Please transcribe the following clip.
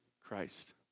Christ